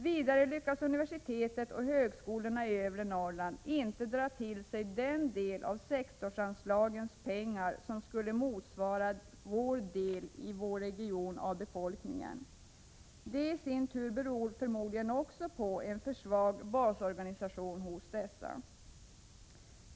Vidare lyckas universitetet och högskolorna i övre Norrland inte dra till sig den del av sektorsanslagens pengar som skulle motsvara regionens andel av befolkningen. Också detta beror förmodligen på en för svag basorganisation hos dessa.